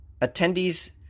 Attendees